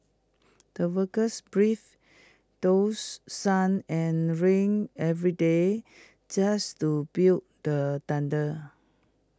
the workers braved dose sun and rain every day just to build the dander